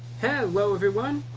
hello everyone,